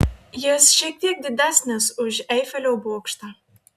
jis šiek tiek didesnis už eifelio bokštą